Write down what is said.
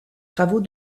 travaux